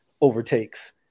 overtakes